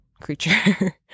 creature